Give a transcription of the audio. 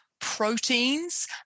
proteins